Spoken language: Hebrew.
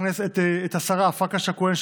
אבל אני רוצה בעיקר לברך את השרה פרקש הכהן,